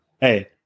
hey